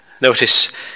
Notice